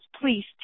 please